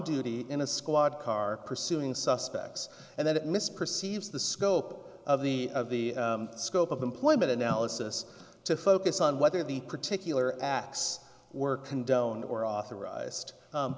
duty in a squad car pursuing suspects and then it misperceives the scope of the of the scope of employment analysis to focus on whether the particular acts were condoned or authorized